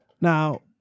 Now